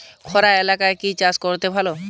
খরা এলাকায় কি চাষ করলে ভালো?